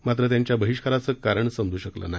मात्र त्यांच्या बहिष्काराचं कारण समजू शकलं नाही